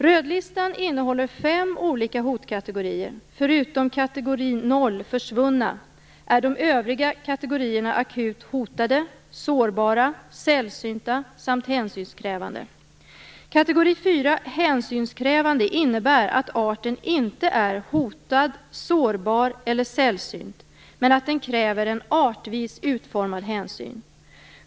Rödlistan innehåller fem olika hotkategorier: förutom kategori 0, försvunna, är de övriga kategorierna akut hotade, sårbara, sällsynta samt hänsynskrävande. Kategori 4, hänsynskrävande, innebär att arten inte är hotad, sårbar eller sällsynt men att den kräver en artvis utformad hänsyn.